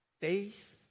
Faith